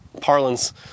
parlance